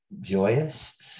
joyous